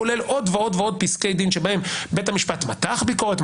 כולל עוד ועוד פסקי דין שבהם בית המשפט מתח ביקורת,